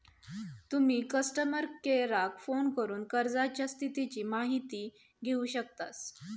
तुम्ही कस्टमर केयराक फोन करून कर्जाच्या स्थितीची माहिती घेउ शकतास